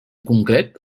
concret